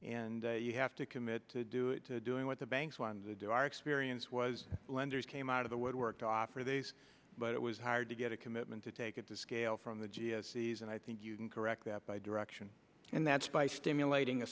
and you have to commit to do it doing what the banks once they do are experience was lenders came out of the woodwork to offer these but it was hard to get a commitment to take it to scale from the g s e's and i think you can correct that by direction and that's by stimulating a